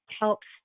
helps